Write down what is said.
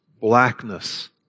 blackness